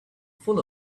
full